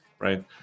Right